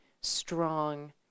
strong